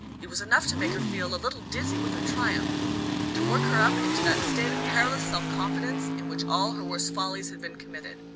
it was enough to make her feel a little dizzy with her triumph to work her up into that state of perilous self-confidence in which all her worst follies had been committed.